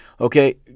Okay